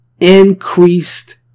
increased